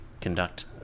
conduct